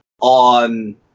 on